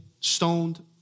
stoned